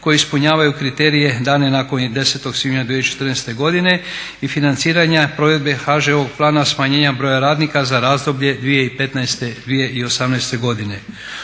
koji ispunjavaju kriterije dane nakon 10. svibnja 2014. godine i financiranja provedbe HŽ-ovog plana smanjenje broja radnika za razdoblje 2015.-2018. godine.